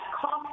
cost